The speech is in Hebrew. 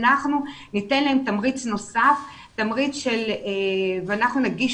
אנחנו ניתן להם תמריץ נוסף ואנחנו נגיש